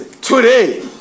today